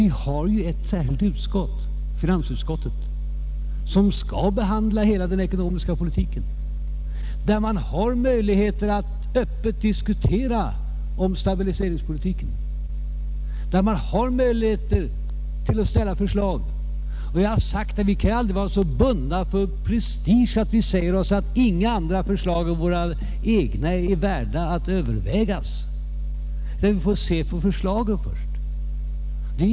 Vi har ju ett särskilt utskott, finansutskottet, som skall behandla hela den ekonomiska politiken. Där har man möjlighet att öppet diskutera om stabiliseringspolitiken och ställa förslag. Jag har sagt att vi aldrig kan vara så bundna av prestige att vi säger oss, att inga andra förslag än våra egna är värda att övervägas. Vi får se på förslagen först.